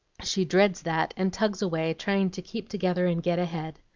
she dreads that, and tugs away, trying to keep together and get ahead.